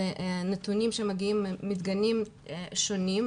אלה מדגמים שונים.